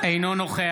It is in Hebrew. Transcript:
אינו נוכח